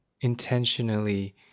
intentionally